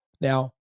Now